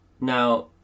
Now